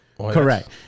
Correct